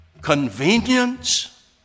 Convenience